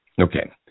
okay